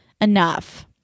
Enough